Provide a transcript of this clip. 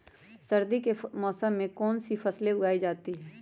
सर्दी के मौसम में कौन सी फसल उगाई जाती है?